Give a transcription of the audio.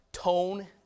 Tone